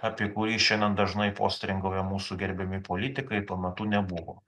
apie kurį šiandien dažnai postringauja mūsų gerbiami politikai tuo metu nebuvo